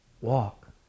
walk